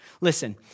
Listen